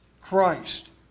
Christ